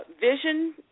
vision